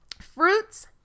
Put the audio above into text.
fruits